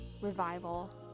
Revival